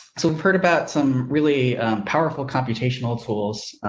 so proud about some really powerful computational tools.